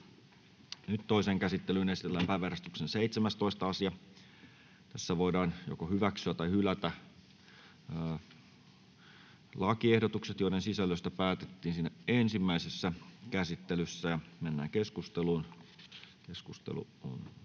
Toiseen käsittelyyn esitellään päiväjärjestyksen 10. asia. Nyt voidaan hyväksyä tai hylätä lakiehdotukset, joiden sisällöstä päätettiin ensimmäisessä käsittelyssä. 1. lakiehdotus tarkoittaa